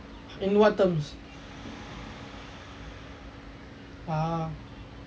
in what terms ah